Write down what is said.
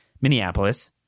Minneapolis